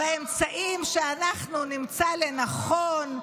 באמצעים שאנחנו נמצא לנכון.